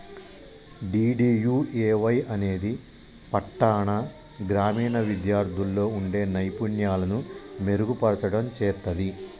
DDUAY అనేది పట్టాణ, గ్రామీణ విద్యార్థుల్లో వుండే నైపుణ్యాలను మెరుగుపర్చడం చేత్తది